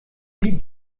wie